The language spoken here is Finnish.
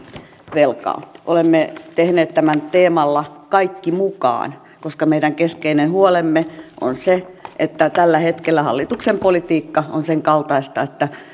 velkaa olemme tehneet tämän teemalla kaikki mukaan koska meidän keskeinen huolemme on se että tällä hetkellä hallituksen politiikka on sen kaltaista että